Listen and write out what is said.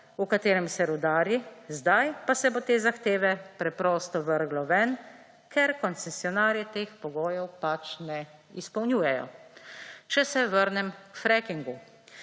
v katerem se rudari, zdaj pa se bo te zahteve preprosto vrglo ven, ker koncesionarji teh pogojev pač ne izpolnjujejo. Če se vrnem k frackingu.